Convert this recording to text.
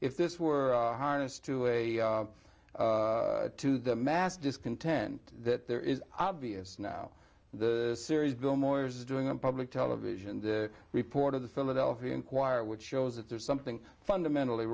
if this were harnessed to a to the mass discontent that there is obvious now the series bill moyers is doing on public television the report of the philadelphia inquirer which shows that there's something fundamentally